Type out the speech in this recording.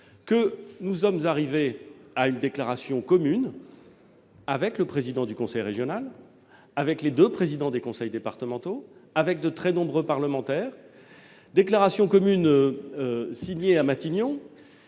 que nous sommes parvenus à une déclaration commune avec le président du conseil régional, avec les deux présidents des conseils départementaux, avec de très nombreux parlementaires. Cette déclaration commune, signée à Matignon,